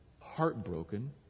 heartbroken